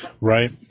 Right